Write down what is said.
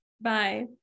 Bye